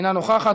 אינה נוכחת,